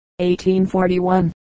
1841